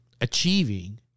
achieving